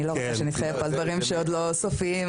אז אני לא רוצה שנתחייב פה על דברים שעדיין אינם סופיים.